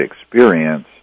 experience